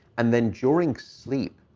and then during sleep,